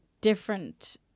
different